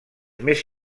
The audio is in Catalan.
més